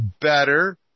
better